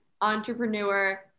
entrepreneur